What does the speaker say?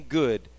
good